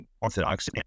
orthodox